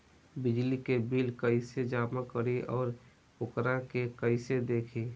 बिजली के बिल कइसे जमा करी और वोकरा के कइसे देखी?